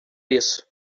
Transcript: isso